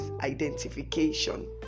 identification